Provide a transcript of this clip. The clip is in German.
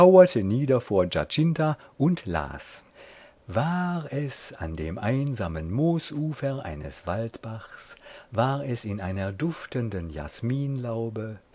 nieder vor giacinta und las war es an dem einsamen moosufer eines waldbachs war es in einer duftenden jasminlaube